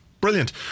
Brilliant